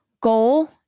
goal